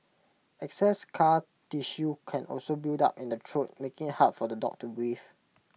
excess scar tissue can also build up in the throat making hard for the dog to breathe